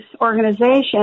organization